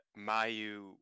Mayu